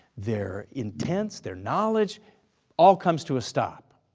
their intents, their knowledge all comes to a stop.